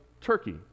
Turkey